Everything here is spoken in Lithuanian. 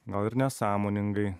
gal ir nesąmoningai